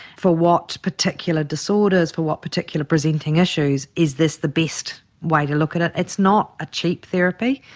for what particular disorders, for what particular presenting issues is this the best way to look at it? it's not a cheap therapy.